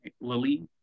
Lily